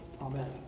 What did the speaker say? Amen